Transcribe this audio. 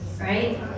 right